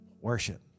worship